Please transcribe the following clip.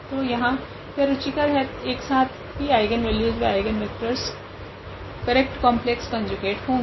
तो यहाँ यह रुचिकर है तथा साथ ही आइगनवेल्यूस व आइगनवेक्टरस कोरेक्ट कॉम्प्लेक्स कोंजुगेट होगे